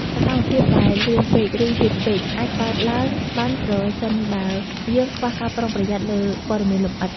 សកម្មភាពដែលលឿនពេក ឬ យឺតពេកអាចកើតឡើងបានប្រសិនបើយើងខ្វះការប្រុងប្រយ័ត្នលើព័ត៌មានលម្អិត។